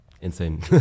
Insane